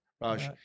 Raj